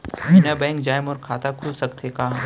बिना बैंक जाए मोर खाता खुल सकथे का?